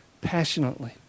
passionately